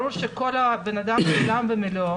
ברור שכל בן אדם זה עולם ומלואו,